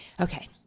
Okay